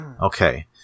Okay